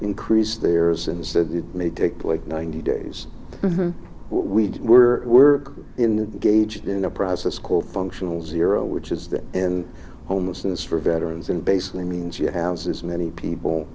increase there is instead it may take like ninety days we were we're in gauged in a process called functional zero which is that homelessness for veterans and basically means you have as many people